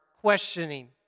questioning